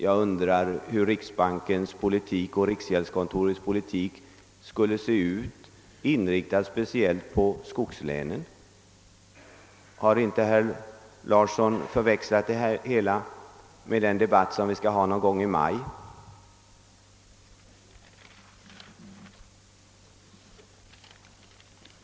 Jag undrar hur riksbankens och riksgäldskontorets politik skulle ha sett ut, om den varit inriktad speciellt på skogslänen. Har inte herr Larsson förväxlat det hela med den debatt vi skall ha någon gång i maj?